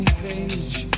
page